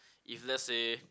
if let's say